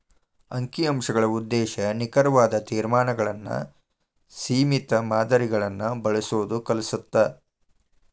ಅಂಕಿ ಅಂಶಗಳ ಉದ್ದೇಶ ನಿಖರವಾದ ತೇರ್ಮಾನಗಳನ್ನ ಸೇಮಿತ ಮಾದರಿಗಳನ್ನ ಬಳಸೋದ್ ಕಲಿಸತ್ತ